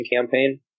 campaign